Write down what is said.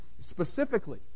specifically